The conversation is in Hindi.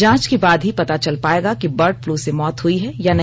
जांच के बाद ही पता चल पायेगा कि बर्ड फ्लू से मौत हुई है या नहीं